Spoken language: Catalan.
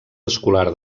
escolar